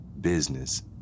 business